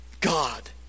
God